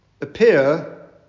appear